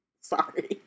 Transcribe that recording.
Sorry